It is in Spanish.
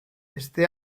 este